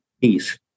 peace